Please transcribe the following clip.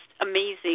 amazing